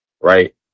right